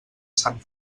sant